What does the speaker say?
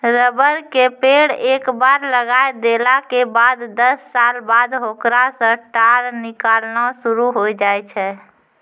rubber के पेड़ एक बार लगाय देला के बाद दस साल बाद होकरा सॅ टार निकालना शुरू होय जाय छै